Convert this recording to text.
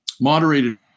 moderated